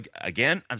again